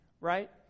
right